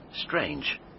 Strange